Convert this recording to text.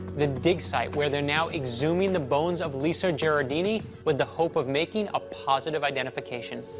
the dig site where they're now exhuming the bones of lisa gherardini with the hope of making a positive identification.